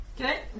Okay